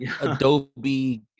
adobe